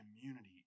community